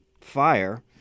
fire